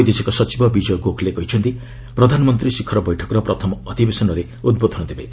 ବୈଦେଶିକ ସଚିବ ବିଜୟ ଗୋଖେଲେ କହିଛନ୍ତି ପ୍ରଧାନମନ୍ତ୍ରୀ ଶିଖର ବୈଠକର ପ୍ରଥମ ଅଧିବେଶନରେ ଉଦ୍ବୋଧନ ଦେବେ